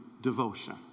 devotion